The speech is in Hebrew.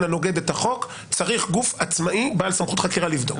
הנוגד את החוק צריך גוף עצמאי בעל סמכות חקירה לבדוק.